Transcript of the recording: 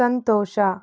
ಸಂತೋಷ